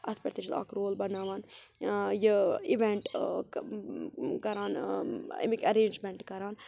اَتھ پٮ۪ٹھ تہِ چھِ اَکھ رول بَناوان یہِ اِوٮ۪نٛٹ کَران اَمِکۍ ایٚرینٛجمٮ۪نٛٹ کَران